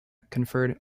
conferred